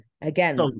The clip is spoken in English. again